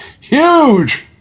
huge